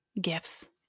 gifts